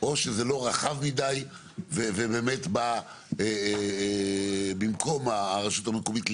או שזה לא רחב מידי ובאמת במקום הרשות המקומית לגמרי.